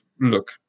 look